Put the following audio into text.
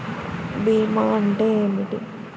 భీమా అంటే ఏమిటి?